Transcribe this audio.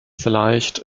vielleicht